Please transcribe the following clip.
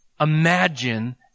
Imagine